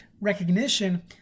recognition